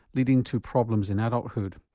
leading to problems in adulthood.